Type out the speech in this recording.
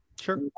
Sure